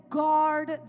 guard